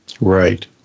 Right